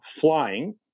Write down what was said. flying